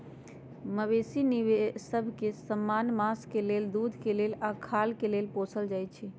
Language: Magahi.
मवेशि सभ के समान्य मास के लेल, दूध के लेल आऽ खाल के लेल पोसल जाइ छइ